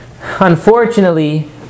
unfortunately